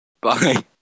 Bye